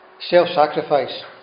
self-sacrifice